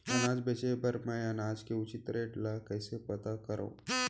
अनाज बेचे बर मैं अनाज के उचित रेट ल कइसे पता करो?